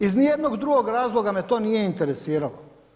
Iz nijednog drugog razloga me to nije interesiralo.